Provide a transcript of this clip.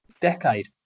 decade